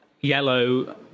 yellow